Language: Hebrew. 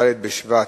ד' בשבט